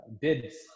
bids